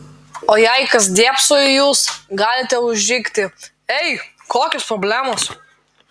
o jei kas dėbso į jus galite užrikti ei kokios problemos